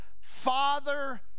Father